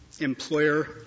employer